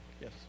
Yes